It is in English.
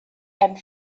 and